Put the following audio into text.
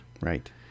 Right